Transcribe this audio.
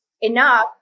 enough